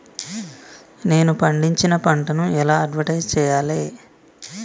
నేను పండించిన పంటను ఎలా అడ్వటైస్ చెయ్యాలే?